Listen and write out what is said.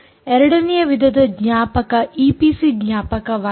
ಎರಡನೆಯ ವಿಧದ ಜ್ಞಾಪಕ ಈಪಿಸಿ ಜ್ಞಾಪಕವಾಗಿದೆ